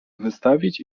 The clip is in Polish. wystawić